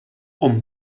hom